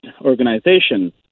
organization